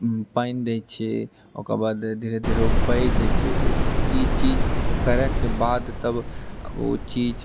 पानि दै छियै ओकर बाद धीरे धीरे ओ पैघ होइत छै तऽ ई चीज करऽ के बाद तब ओ चीज